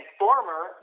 former